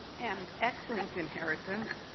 and x-linked inheritance,